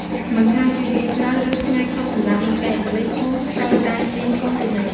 មិនថាជាយប់ជ្រៅ ឬថ្ងៃឈប់សម្រាកនោះទេ ប៉ូលីសភូមិត្រូវតែត្រៀមខ្លួនជានិច្ច។